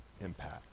impact